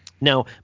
Now